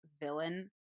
villain